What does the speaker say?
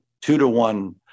two-to-one